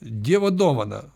dievo dovaną